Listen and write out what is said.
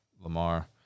Lamar